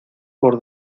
por